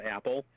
Apple